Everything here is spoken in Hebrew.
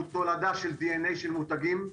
והוא תולדה של דנ"א של מותגים,